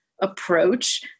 approach